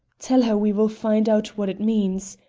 tell her we will find out what it means,